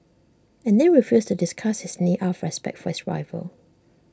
and then refused to discuss his knee out of respect for his rival